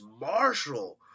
Marshall